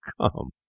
Come